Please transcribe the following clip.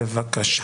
בבקשה.